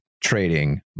trading